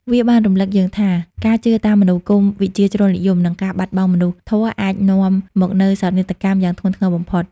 វាបានរំឭកយើងថា ការជឿតាមមនោគមវិជ្ជាជ្រុលនិយម និងការបាត់បង់មនុស្សធម៌អាចនាំមកនូវសោកនាដកម្មយ៉ាងធ្ងន់ធ្ងរបំផុត។